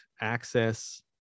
access